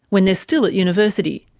when they're still at university.